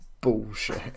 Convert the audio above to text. Bullshit